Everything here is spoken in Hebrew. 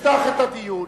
תפתח את הדיון